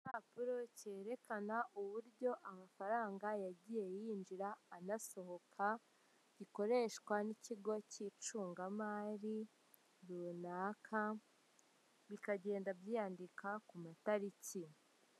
Igipapuro cyerekana uburyo amafaranga yagiye yinjira anasohoka, gikoreshwa n'ikigo cy'icungamari runaka bikagenda byiyandika ku matariki.